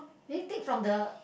then he take from the